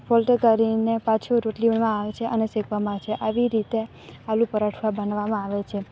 fault કરીને પાછું રોટલી વીણવા આવે છે અને શેકવામાં આવે છે આવી રીતે આલુ પરાઠા બનાવવામાં આવે છે